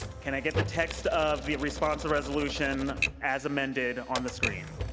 can i get the text of the responsive resolution ads amended on the screen?